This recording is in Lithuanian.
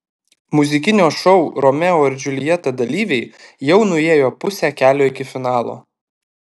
muzikinio šou romeo ir džiuljeta dalyviai jau nuėjo pusę kelio iki finalo